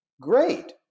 great